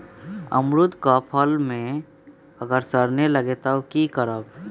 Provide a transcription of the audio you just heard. अमरुद क फल म अगर सरने लगे तब की करब?